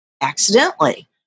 accidentally